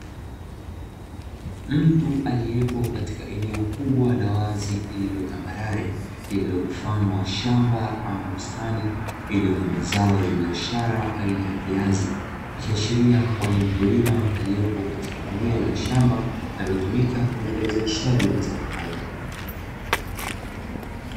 Mtu aliyepo katika eneo kubwa la wazi lililo tambarare lililo mfano wa shamba ama bustani, lililo na mazao ya biashara aina ya viazi, ikiashiria kuwa ni mkulima aliyepo katika eneo la shamba linalotumika kwa ajili ya uzalishaji wa mazao hayo.